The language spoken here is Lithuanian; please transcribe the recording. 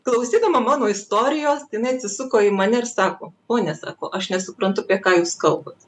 klausydama mano istorijos jinai atsisuko į mane ir sako pone sako aš nesuprantu apie ką jūs kalbat